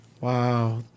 Wow